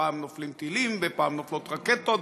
פעם נופלים טילים ופעם נופלות רקטות,